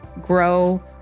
grow